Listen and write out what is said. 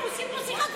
אנחנו מקיימים פה שיחה,